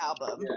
album